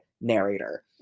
narrator